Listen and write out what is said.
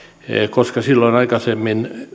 koska silloin aikaisemmin